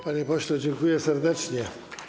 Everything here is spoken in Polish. Panie pośle, dziękuję serdecznie.